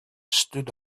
stood